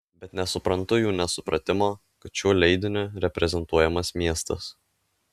bet nesuprantu jų nesupratimo kad šiuo leidiniu reprezentuojamas miestas